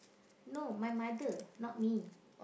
no my mother not me